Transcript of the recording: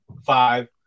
five